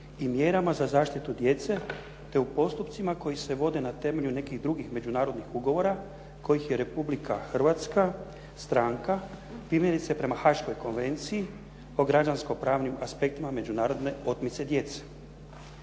i mjerama za zaštitu djece te u postupcima koji se vode na temelju nekih drugih međunarodnih ugovora kojih je Republika Hrvatska stranka, primjerice prema Haškoj konvenciji o građansko-pravnim aspektima međunarodne otmice djece.